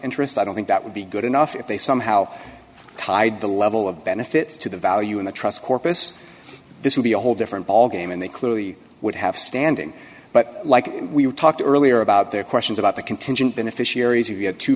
interest i don't think that would be good enough if they somehow tied the level of benefits to the value in the trust corpus this would be a whole different ball game and they clearly would have standing but like we talked earlier about their questions about the contingent beneficiaries you get to